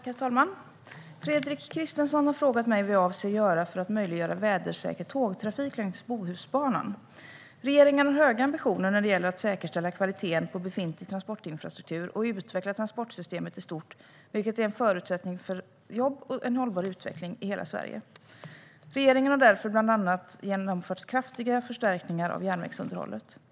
Herr talman! Fredrik Christensson har frågat mig vad jag avser att göra för att möjliggöra vädersäker tågtrafik längs Bohusbanan. Regeringen har höga ambitioner när det gäller att säkerställa kvaliteten på befintlig transportinfrastruktur och utveckla transportsystemet i stort, vilket är en förutsättning för jobb och en hållbar utveckling i hela Sverige. Regeringen har därför bland annat genomfört kraftiga förstärkningar av järnvägsunderhållet.